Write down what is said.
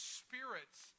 spirits